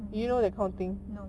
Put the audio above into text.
mmhmm no